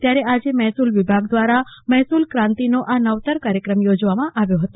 ત્યારે આજે મહેસ઼લ વિભાગ દવારા મહેસલ ક્રાંતિનો આ નવતર કાર્યક્રમ યોજવામાં આવ્યો હતો